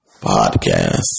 podcast